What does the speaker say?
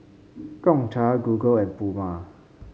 Gongcha Google and Puma